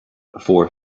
for